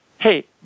hey